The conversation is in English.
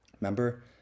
Remember